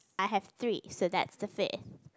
I have three so that's the fifth